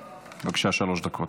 בבקשה, שלוש דקות.